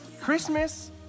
Christmas